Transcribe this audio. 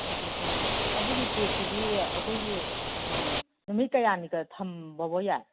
ꯑꯗꯨꯗꯤ ꯑꯗꯨꯒꯤ ꯀꯦꯛꯇꯨꯗꯤ ꯑꯩꯈꯣꯏꯒꯤ ꯅꯨꯃꯤꯠ ꯀꯌꯥꯅꯤꯕꯣꯛꯀ ꯊꯝꯕ ꯌꯥꯏ